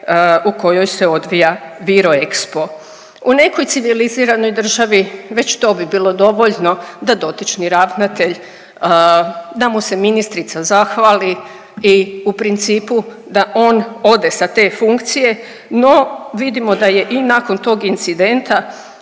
u kojoj se odvija Viroexpo. U nekoj civiliziranoj državi već to bi bilo dovoljno da dotični ravnatelj, da mu se ministrica zahvali i u principu da on ode sa te funkcije, no vidimo da je i nakon tog incidenta